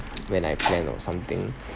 when I plan of something